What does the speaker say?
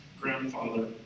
grandfather